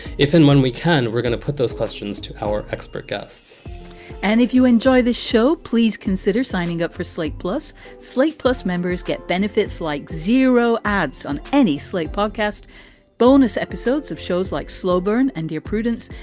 if and when we can. we're going to put those questions to our expert guests and if you enjoy this show, please consider signing up for slate plus slate. plus, members get benefits like zero ads on any slate podcast bonus episodes of shows like slow burn and your prudence.